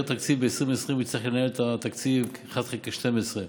בלי תקציב ב-2020 הוא יצטרך לנהל את התקציב 1 חלקי 12,